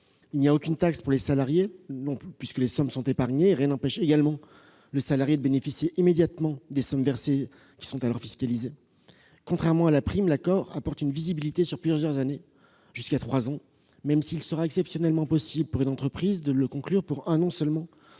2019 ; aucune taxe pour les salariés non plus, puisque les sommes sont épargnées- mais rien n'empêche le salarié de bénéficier immédiatement des sommes versées, alors fiscalisées ; contrairement à la prime, l'accord apporte une visibilité sur plusieurs années- jusqu'à trois ans -, même s'il sera exceptionnellement possible de le conclure pour un an seulement,